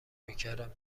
میکردم